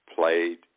played